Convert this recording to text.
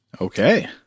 Okay